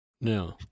No